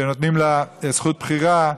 שנותנים לה זכות בחירה,